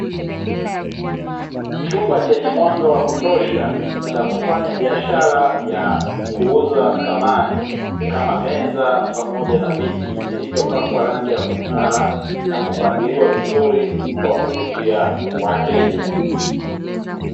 Chumba chenye mwanga wa kutosha cha kufanya biashara ya kuuza samani kama, meza pamoja na viti, vilivyopakwa rangi ya kung'ara na kupangiliwa vizuri kwa kuvutia wateja.